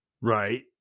Right